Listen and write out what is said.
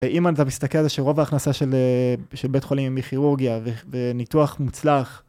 אם אתה מסתכל על זה שרוב ההכנסה של בית חולים היא מכירורגיה, וניתוח מוצלח...